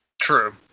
True